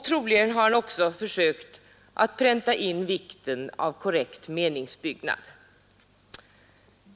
Troligen har han också försökt att pränta in vikten av korrekt meningsbyggnad.